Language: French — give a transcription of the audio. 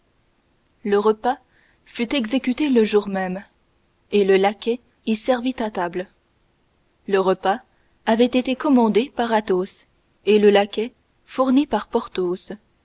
le repas fut exécuté le jour même et le laquais y servit à table le repas avait été commandé par athos et le laquais fourni par porthos